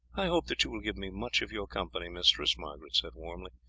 i hope that you will give me much of your company, mistress, margaret said warmly.